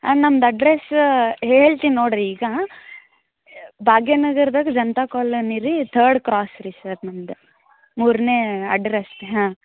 ನಮ್ದು ಅಡ್ರಸ್ಸ ಹೇಳ್ತೀನಿ ನೋಡಿರಿ ಈಗ ಭಾಗ್ಯನಗರ್ದಾಗ ಜನತಾ ಕಾಲೊನಿ ರೀ ಥರ್ಡ್ ಕ್ರಾಸ್ ರೀ ಸರ್ ನಮ್ದು ಮೂರನೇ ಅಡ್ಡರಸ್ತೆ ಹಾಂ